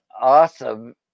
awesome